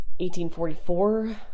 1844